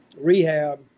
rehab